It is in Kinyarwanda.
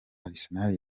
arsenal